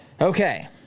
okay